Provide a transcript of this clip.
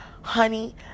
honey